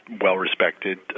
well-respected